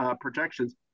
projections